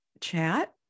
chat